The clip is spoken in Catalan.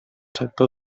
sector